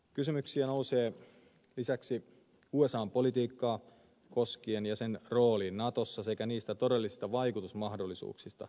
kysymyksiä nousee lisäksi koskien usan politiikkaa ja sen roolia natossa sekä suomen todellisia vaikutusmahdollisuuksia